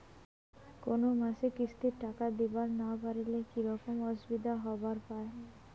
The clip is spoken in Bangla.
কোনো মাসে কিস্তির টাকা দিবার না পারিলে কি রকম অসুবিধা হবার পায়?